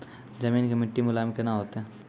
जमीन के मिट्टी मुलायम केना होतै?